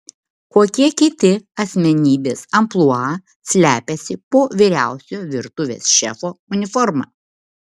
kokie kiti asmenybės amplua slepiasi po vyriausiojo virtuvės šefo uniforma